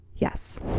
Yes